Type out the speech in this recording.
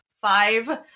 five